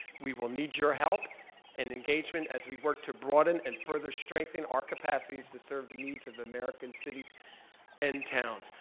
we will need your help and engagement as we work to broaden and further strengthen our capacities to serve the needs of american cities and towns,